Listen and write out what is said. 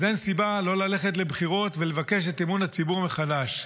אז אין סיבה לא ללכת לבחירות ולבקש את אמון הציבור מחדש.